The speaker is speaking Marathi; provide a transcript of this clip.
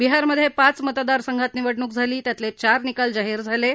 बिहारमधे पाच मतदारसंघात निवडणूक झाली त्यातले चार निकाल जाहीर झाले आहेत